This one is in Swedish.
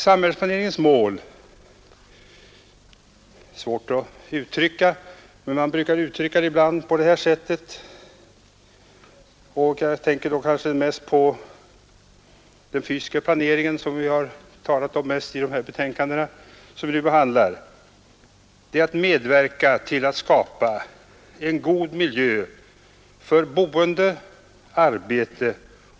Det är svårt att uttrycka samhällsplaneringens mål, men man brukar säga att det är att medverka till att skapa en god miljö för boende, arbete och fritid och att de delar av det vi planerar för dessa olika ändamål fungerar bra tillsammans.